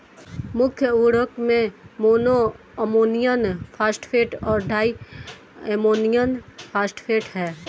मुख्य उर्वरक में मोनो अमोनियम फॉस्फेट और डाई अमोनियम फॉस्फेट हैं